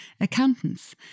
Accountants